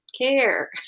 care